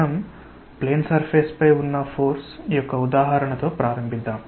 మనము plane surface పై ఉన్న ఫోర్స్ యొక్క ఉదాహరణతో ప్రారంభిద్దాం